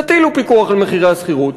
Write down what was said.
תטילו פיקוח על מחירי השכירות,